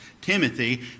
Timothy